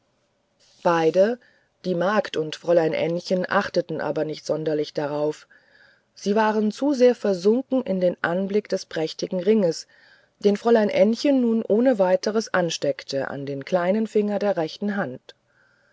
beide die magd und fräulein ännchen achteten aber nicht sonderlich darauf sie waren zu sehr versunken in den anblick des prächtigen ringes den fräulein ännchen nun ohne weiteres ansteckte an den kleinen finger der rechten hand